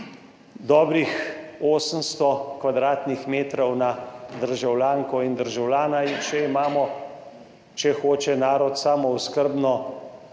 dobrih 800 kvadratnih metrov na državljanko in državljana in če imamo, če hoče narod samooskrbno